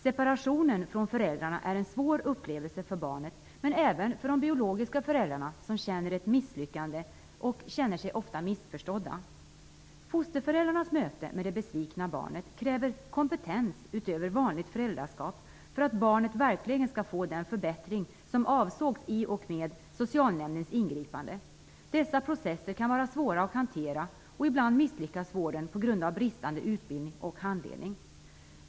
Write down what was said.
Separationen från föräldrarna är en svår upplevelse för barnet men även för de biologiska föräldrarna, som ofta känner sig misslyckade och missförstådda. Fosterföräldrarnas möte med det besvikna barnet kräver kompetens utöver vanligt föräldraskap för att barnet verkligen skall få den förbättring som avsågs i och med socialnämndens ingripande. Dessa processer kan vara svåra att hantera, och ibland misslyckas vården på grund av bristande utbildning och handledning.